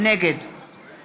נגד